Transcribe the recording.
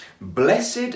Blessed